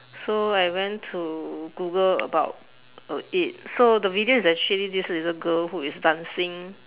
so I went to Google about err it so the video is actually this little girl who is dancing